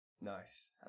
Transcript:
Nice